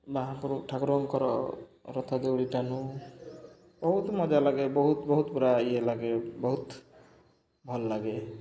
ମହାପ୍ରଭୁ ଠାକୁରଙ୍କର ରଥ ଦେଉଳୀ ଟାନୁ ବହୁତ ମଜା ଲାଗେ ବହୁତ ବହୁତ ପୁରା ଇଏ ଲାଗେ ବହୁତ ଭଲ ଲାଗେ